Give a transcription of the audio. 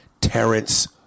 Terrence